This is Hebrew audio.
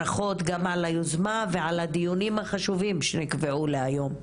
ברכות גם על היוזמה וגם על הדיונים החשובים שנקבעו להיום.